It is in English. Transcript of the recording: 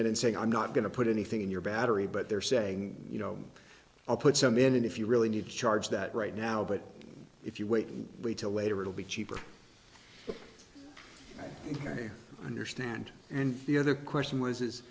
out and saying i'm not going to put anything in your battery but they're saying you know i'll put some in and if you really need to charge that right now but if you wait and wait till later it'll be cheaper here understand and the other question was is